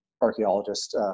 archaeologist